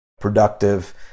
productive